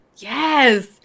Yes